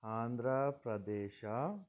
Andhra Pradesh